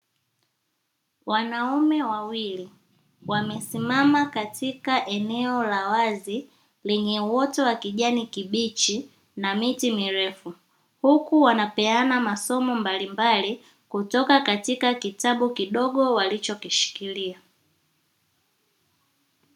Wanaume wawili wamesimama katika eneo la wazi lenye uoto wa kijani kibichi na miti mirefu huku wanapeana masomo mbalimbali kutoka katika kitabu kidogo walichokishikilia.